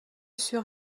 sur